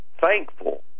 thankful